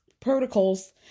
protocols